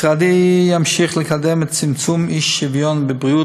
משרדי ימשיך לקדם את צמצום האי-שוויון בבריאות